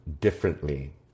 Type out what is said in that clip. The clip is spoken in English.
differently